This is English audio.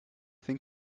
think